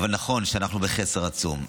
אבל נכון שאנחנו בחסר עצום.